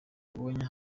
abonye